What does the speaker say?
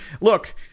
look